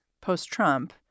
post-Trump